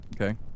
Okay